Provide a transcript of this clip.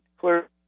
clear